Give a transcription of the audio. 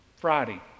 Friday